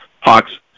Hawks